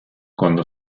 cuando